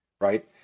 right